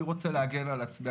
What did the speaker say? אני רוצה להגן על עצמי.